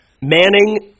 Manning